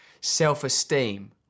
Self-esteem